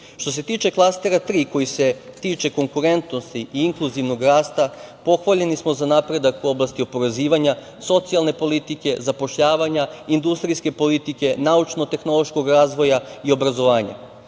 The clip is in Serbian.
se tuče klastera 3, koji se tiče konkurentnosti i inkluzivnog rasta, pohvaljeni smo za napredak u oblasti oporezivanja, socijalne politike, zapošljavanja, industrijske politike, naučno-tehnološkog razvoja i obrazovanja.U